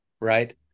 Right